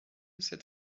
cet